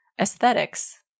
aesthetics